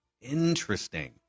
Interesting